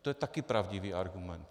To je taky pravdivý argument.